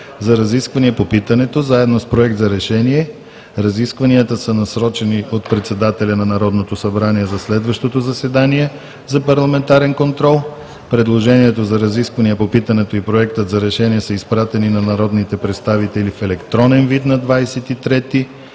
за разискване по питането, заедно с Проект за решение. Разискванията са насрочени от председателя на Народното събрание за следващото заседание за Парламентарен контрол. Предложението за разисквания по питането и Проекта за решение са изпратени на народните представители в електронен вид на 23